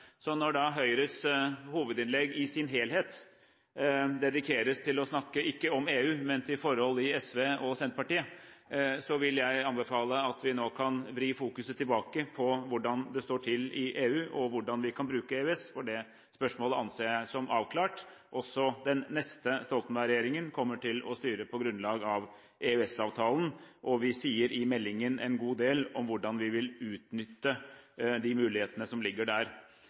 Så når Høyres hovedinnlegg i sin helhet dedikeres til ikke å snakke om EU, men om forhold i SV og Senterpartiet, så vil jeg anbefale at vi nå vrir fokuset tilbake på hvordan det står til i EU, og hvordan vi kan bruke EØS, for det spørsmålet anser jeg som avklart. Også den neste Stoltenberg-regjeringen kommer til å styre på grunnlag av EØS-avtalen, og vi sier i meldingen en god del om hvordan vi vil utnytte de mulighetene som ligger der.